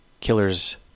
Killers